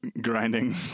grinding